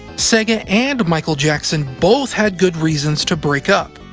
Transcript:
sega and michael jackson both had good reasons to break up,